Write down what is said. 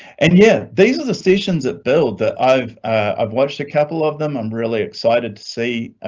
and yet these are decisions that build that i've i've watched a couple of them. i'm really excited to see a